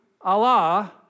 Allah